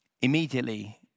immediately